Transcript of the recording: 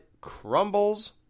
crumbles